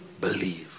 believe